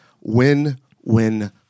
win-win